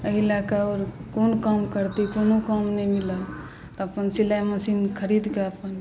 एहि लऽ कऽ आओर कोन काम करती कोनो काम नहि मिलल तऽ अपन सिलाइ मशीन खरीदकऽ अपन